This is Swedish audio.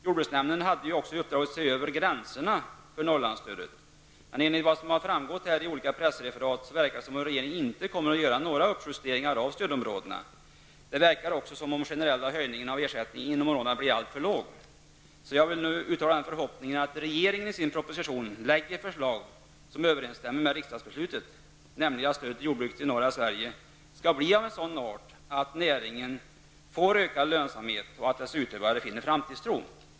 Jordbruksnämnden hade ju också uppdraget att se över gränserna för Norrlandsstödet. Enligt vad som framgått av olika pressreferat verkar det som om regeringen inte kommer att göra några uppjusteringar i fråga om stödområdena. Det verkar också som om den generella höjningen av ersättningen inom områdena skulle bli alltför låg. Jag vill nu uttala en förhoppning om att regeringen i sin proposition lägger fram förslag som överensstämmer med riksdagsbeslutet -- nämligen att stödet till jordbruket i norra Sverige skall bli av en sådan art att näringen får ökad lönsamhet och att dess utövare finner framtidstro.